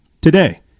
today